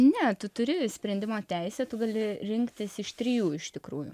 ne tu turi sprendimo teisę tu gali rinktis iš trijų iš tikrųjų